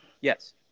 yes